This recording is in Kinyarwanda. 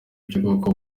by’ubwoko